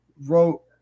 wrote